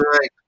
right